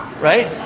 Right